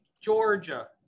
georgia